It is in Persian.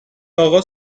اقا